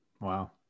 Wow